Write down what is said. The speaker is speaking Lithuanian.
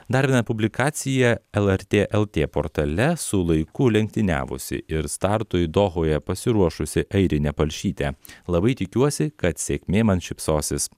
dar viena publikacija lrt lt portale su laiku lenktyniavusi ir startui dohoje pasiruošusi airinė palšytė labai tikiuosi kad sėkmė man šypsosis